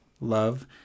love